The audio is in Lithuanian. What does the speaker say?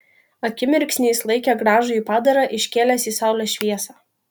akimirksnį jis laikė gražųjį padarą iškėlęs į saulės šviesą